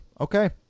okay